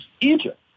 Egypt